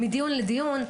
מדיון לדיון,